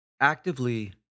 actively